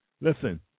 listen